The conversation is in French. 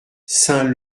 saint